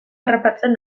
harrapatzen